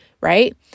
right